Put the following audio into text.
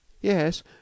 yes